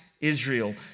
Israel